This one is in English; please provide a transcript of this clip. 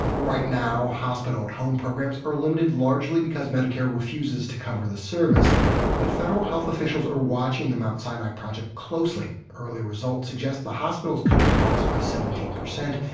right now, hospital-at-home programs are limited, largely because medicare refuses to cover the service but federal health officials are watching the mt. sinai project closely. early results suggest the hospital is cutting costs by seventeen percent,